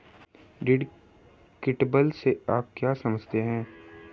Deductible से आप क्या समझते हैं?